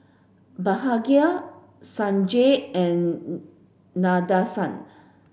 Bhagat Sanjeev and Nadesan